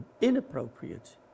inappropriate